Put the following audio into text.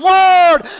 Word